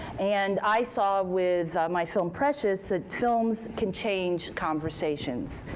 and i saw with my film precious that films can change conversations.